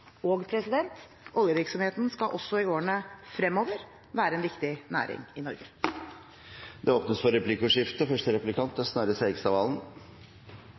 Og: Oljevirksomheten skal også i årene fremover være en viktig næring i Norge. Det blir replikkordskifte.